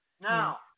now